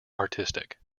artistic